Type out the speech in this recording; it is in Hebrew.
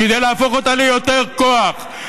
כדי להפוך אותה ליותר כוח,